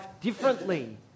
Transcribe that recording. differently